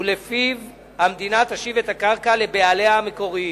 ולפיו המדינה תשיב את הקרקע לבעליה המקוריים,